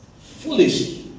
foolish